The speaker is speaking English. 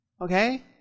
Okay